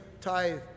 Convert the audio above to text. tithe